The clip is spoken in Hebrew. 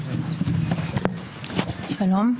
שלום.